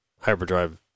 hyperdrive